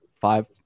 five